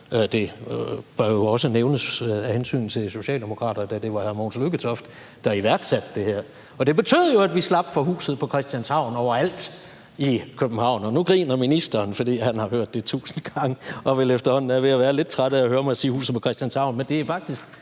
Det bør jo også nævnes af hensyn til Socialdemokraterne, da det var hr. Mogens Lykketoft, der iværksatte det. Det betød jo, at vi slap for »Huset på Christianshavn« overalt i København, og nu griner ministeren, fordi han har hørt det tusind gange og vel efterhånden er ved at være lidt træt af at høre mig sige »Huset på Christianshavn«, men det er jo faktisk